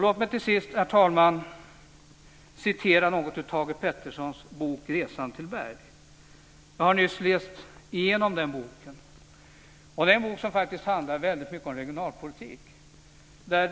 Låt mig till sist, herr talman, läsa något ur Thage G. Petersons bok Resan till Berg. Jag har nyss läst boken, och den handlar väldigt mycket om regionalpolitik.